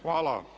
Hvala.